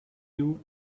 you